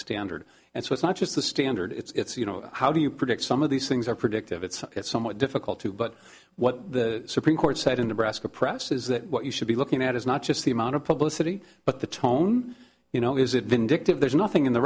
standard and so it's not just the standard it's you know how do you predict some of these things are predictive it's somewhat difficult to but what the supreme court said in nebraska press is that what you should be looking at is not just the amount of publicity but the tone you know is it vindictive there's nothing in the